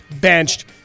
benched